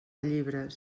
llibres